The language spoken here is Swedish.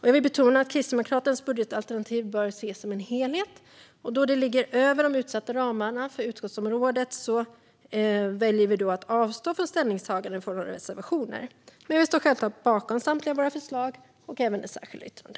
Jag vill betona att Kristdemokraternas budgetalternativ bör ses som en helhet. Då det ligger över de utsatta ramarna för utskottsområdet väljer vi att avstå från ställningstagande i form av reservationer, men vi står självklart bakom samtliga våra förslag och även vårt särskilda yttrande.